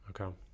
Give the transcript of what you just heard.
Okay